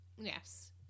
Yes